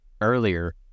earlier